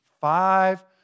five